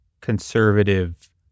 conservative